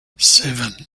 seven